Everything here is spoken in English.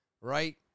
right